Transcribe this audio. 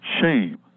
Shame